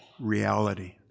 reality